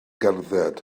gerdded